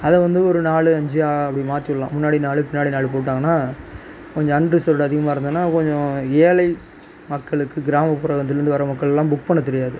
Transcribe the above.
அதை வந்து ஒரு நாலு அஞ்சு அப்படி மாற்றிவுட்லாம் முன்னாடி நாலு பின்னாடி நாலு போட்டாங்கன்னா கொஞ்சம் அன் ரிசர்வ்டு அதிகமாக இருந்துதுன்னா கொஞ்சம் ஏழை மக்களுக்கு கிராமப்புறத்துலந்து வர மக்கள்க்குலாம் புக் பண்ண தெரியாது